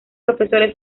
profesores